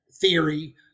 theory